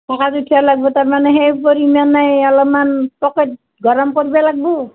পকা মিঠেই লাগিব তাৰমানে সেই পৰিমাণে অলমান পকেট গৰম কৰিব লাগিব